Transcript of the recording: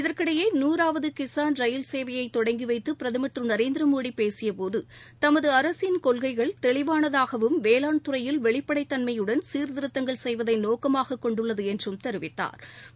இதற்கிடையே நூறாவது கிசான் ரயில் சேவையை தொடங்கி வைத்து பிரதமள் திரு நரேந்திரமோடி பேசியபோது தமது அரசின் கொள்கைகள் தெளிவானதாகவும் வேளாண் துறையில் வெளிப்படைத் தன்மையுடன் சீர்திருத்தங்கள் செய்வதை நோக்கமாக கொண்டுள்ளது என்றும் தெரிவித்தாா்